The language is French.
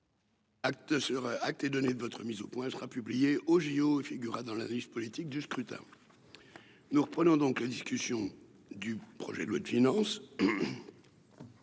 acte et donner votre mise au point, sera publié au JO, il figurera dans les risques politiques du scrutin nous reprenons donc la discussion du projet de loi de finances